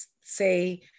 say